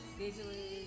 visually